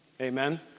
amen